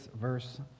verse